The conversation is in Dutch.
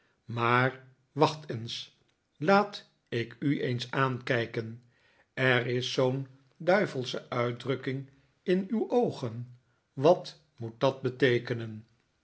maar wacht eens laat ik u eens aankijken er is zoo'n duivelsche uitdrukking in uw oogen wat moet dat beteekenen